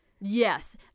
yes